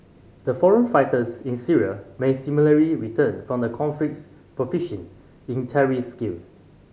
the foreign fighters in Syria may similarly return from the conflict proficient in terrorist skill